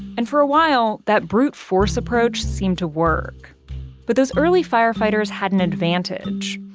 and for a while, that brute-force approach seemed to work but those early firefighters had an advantage.